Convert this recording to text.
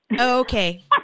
okay